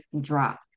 drop